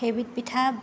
সেইবিধ পিঠা